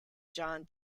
john